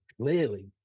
Clearly